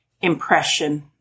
impression